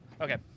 Okay